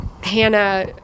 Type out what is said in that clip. Hannah